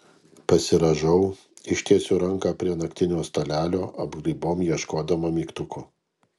pasirąžau ištiesiu ranką prie naktinio stalelio apgraibom ieškodama mygtuko